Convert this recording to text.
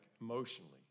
emotionally